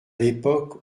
l’époque